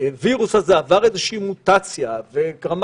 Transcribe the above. הווירוס הזה עבר איזו שהיא מוטציה ורמת